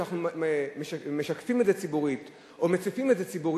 שאנחנו משקפים את זה ציבורית או מציפים את זה ציבורית,